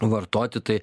vartoti tai